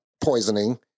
poisoning